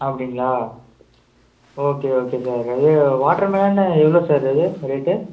அப்படிங்களா okay okay sir இது water மிலன்னு எவ்வளோ சார் அது ரேட்டு